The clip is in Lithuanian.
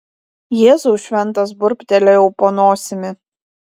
jėzau šventas burbtelėjau po nosimi